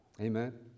Amen